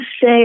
say